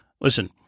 Listen